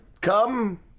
come